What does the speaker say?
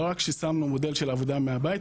לא רק ששמנו מודל של עבודה מהבית,